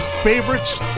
favorites